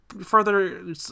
further